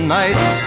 nights